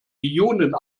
ionen